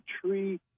tree